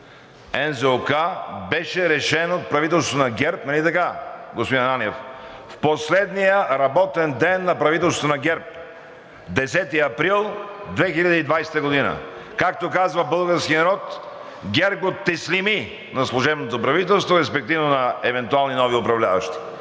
НЗОК беше решен от правителството на ГЕРБ. Нали така, господин Ананиев, в последния работен ден на правителството на ГЕРБ – 10 април 2020 г., както казва българският народ – ГЕРБ го теслими на служебното правителство, респективно на евентуални нови управляващи.